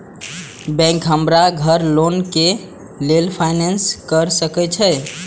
Bank हमरा घर loan के लेल फाईनांस कर सके छे?